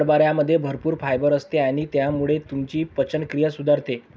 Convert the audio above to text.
हरभऱ्यामध्ये भरपूर फायबर असते आणि त्यामुळे तुमची पचनक्रिया सुधारते